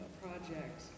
project